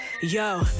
Yo